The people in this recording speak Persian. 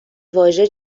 واژه